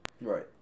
Right